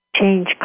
change